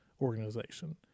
organization